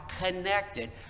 connected